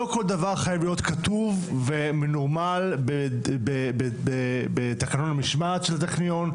לא כל דבר חייב להיות כתוב ומנורמל בתקנון המשמעת של הטכניון,